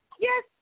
Yes